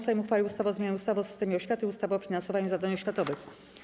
Sejm uchwalił ustawę o zmianie ustawy o systemie oświaty i ustawy o finansowaniu zadań oświatowych.